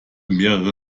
mehrere